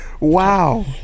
Wow